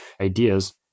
ideas